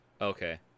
Okay